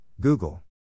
Google